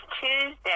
Tuesday